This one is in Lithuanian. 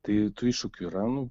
tai tų iššūkių yra nu